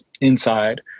inside